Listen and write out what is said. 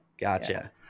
Gotcha